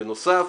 בנוסף,